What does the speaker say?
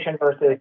versus